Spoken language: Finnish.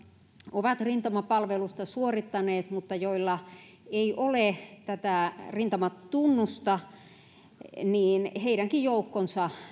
ovat rintamapalvelusta suorittaneet mutta joilla ei ole tätä rintamatunnusta joukko